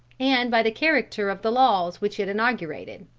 and by the character of the laws which it inaugurated.